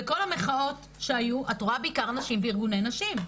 בכל המחאות שהיו את רואה בעיקר נשים וארגוני נשים.